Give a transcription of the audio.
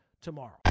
tomorrow